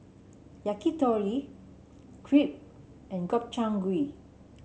Yakitori Crepe and Gobchang Gui